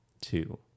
two